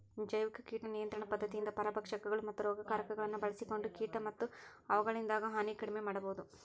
ಜೈವಿಕ ಕೇಟ ನಿಯಂತ್ರಣ ಪದ್ಧತಿಯಿಂದ ಪರಭಕ್ಷಕಗಳು, ಮತ್ತ ರೋಗಕಾರಕಗಳನ್ನ ಬಳ್ಸಿಕೊಂಡ ಕೇಟ ಮತ್ತ ಅವುಗಳಿಂದಾಗೋ ಹಾನಿ ಕಡಿಮೆ ಮಾಡಬೋದು